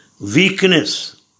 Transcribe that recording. weakness